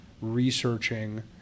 researching